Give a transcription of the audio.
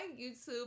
YouTube